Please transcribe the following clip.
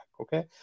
okay